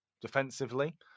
defensively